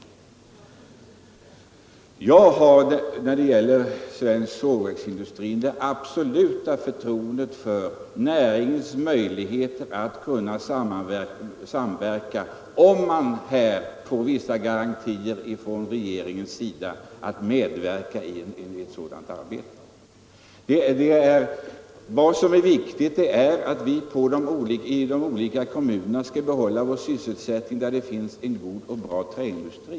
Jag har det absoluta förtroendet för svensk sågverksindustris möjligheter att samarbeta — om den får vissa garantier från regeringen att denna skall medverka. Det viktiga är att vi i de olika kommuner där det finns en god och bra träindustri kan behålla vår sysselsättning.